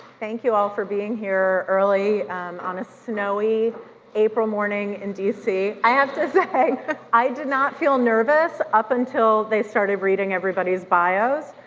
thank you all for being here early on a snowy april morning in dc. i have to say, i did not feel nervous up until they started reading everybody's bios